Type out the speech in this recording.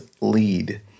lead